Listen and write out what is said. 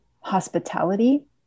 hospitality